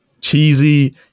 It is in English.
cheesy